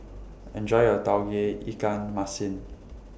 Enjoy your Tauge Ikan Masin